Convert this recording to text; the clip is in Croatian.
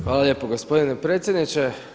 Hvala lijepo gospodine predsjedniče.